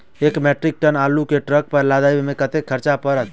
एक metric tonne आलु केँ ट्रक पर लदाबै मे कतेक खर्च पड़त?